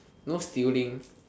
no stealing